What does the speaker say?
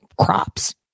crops